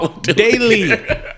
Daily